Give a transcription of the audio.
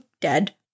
dead